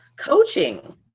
coaching